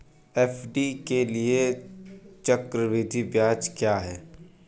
FD के लिए चक्रवृद्धि ब्याज क्या है?